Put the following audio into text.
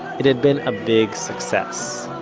it had been a big success.